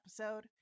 episode